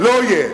לא יהיה,